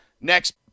next